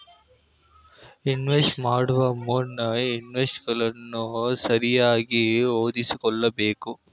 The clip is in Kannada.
ಇನ್ವೆಸ್ಟ್ ಮಾಡುವ ಮುನ್ನ ಇನ್ಸ್ಟ್ರಕ್ಷನ್ಗಳನ್ನು ಸರಿಯಾಗಿ ಓದಿಕೊಳ್ಳಬೇಕು